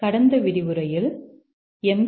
கடந்த விரிவுரையில் எம்